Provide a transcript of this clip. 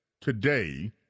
today